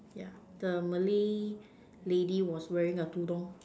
yeah the Malay lady was wearing a tudong